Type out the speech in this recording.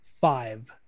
five